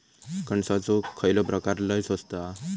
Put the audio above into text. कणसाचो खयलो प्रकार लय स्वस्त हा?